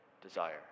desire